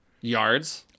Yards